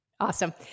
Awesome